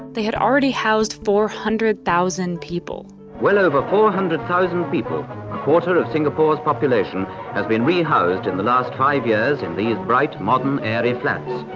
they had already housed four hundred thousand people well, over four hundred thousand people, a quarter of singapore's population has been re-housed in the last five years in these bright modern area flats.